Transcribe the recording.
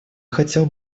хотел